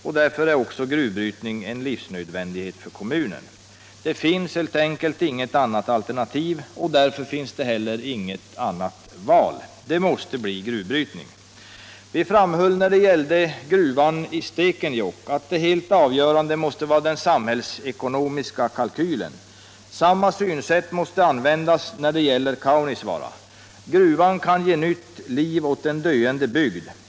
Därför är gruvbrytning en livsnödvändighet för kommunen. Det finns inget alternativ och därför inget annat val. Det måste bli gruvbrytning. Vi framhöll när det gällde gruvan i Stekenjokk, att det helt avgörande måste vara den samhällsekonomiska kalkylen. Samma synsätt måste användas för Kaunisvaara. Gruvan kan ge nytt liv åt en döende bygd.